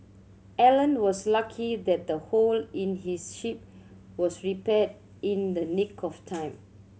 Alan was lucky that the hole in his ship was repaired in the nick of time